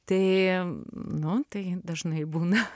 tai nu tai dažnai būna